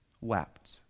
wept